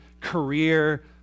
career